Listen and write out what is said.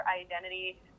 identity